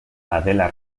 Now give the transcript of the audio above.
adela